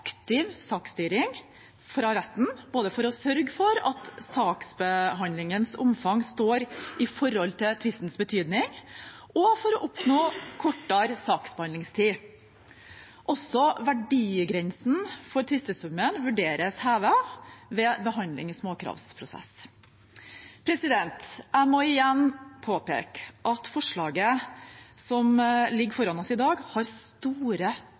saksstyring fra retten, både for å sørge for at saksbehandlingens omfang står i forhold til tvistens betydning, og for å oppnå kortere saksbehandlingstid. Også verdigrensen for tvistesummen vurderes hevet ved behandling i småkravsprosess. Jeg må igjen påpeke at forslaget som ligger foran oss i dag, har store